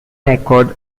record